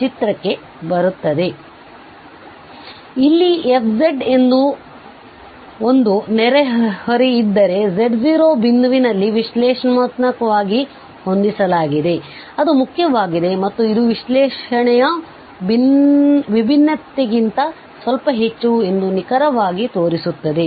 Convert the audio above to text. ಆದ್ದರಿಂದ ಇಲ್ಲಿ f ಒಂದು ನೆರೆಹೊರೆಯಿದ್ದರೆ z0 ಬಿಂದುವಿನಲ್ಲಿ ವಿಶ್ಲೇಷಣಾತ್ಮಕವಾಗಿ ಹೊಂದಿಸಲಾಗಿದೆ ಆದ್ದರಿಂದ ಅದು ಮುಖ್ಯವಾಗಿದೆ ಮತ್ತು ಇದು ವಿಶ್ಲೇಷಣೆಯು ವಿಭಿನ್ನತೆಗಿಂತ ಸ್ವಲ್ಪ ಹೆಚ್ಚು ಎಂದು ನಿಖರವಾಗಿ ತೋರಿಸುತ್ತದೆ